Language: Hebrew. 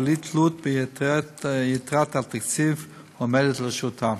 בלי תלות ביתרת התקציב העומדת לרשותן.